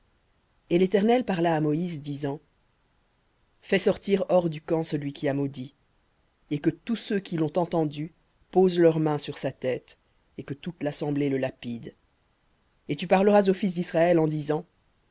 et l'éternel parla à moïse disant fais sortir hors du camp celui qui a maudit et que tous ceux qui l'ont entendu posent leurs mains sur sa tête et que toute l'assemblée le lapide et tu parleras aux fils d'israël en disant